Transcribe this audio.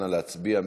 נא להצביע.